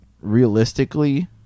realistically